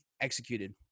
executed